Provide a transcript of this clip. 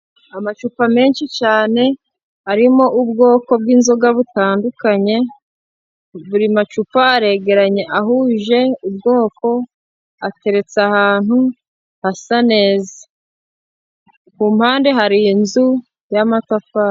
Amacupa menshi cyane, arimo ubwoko bw'inzoga butandukanye, buri macupa aregeranye ahuje ubwoko ateretse ahantu hasa neza, ku mpande hari inzu y'amatafari.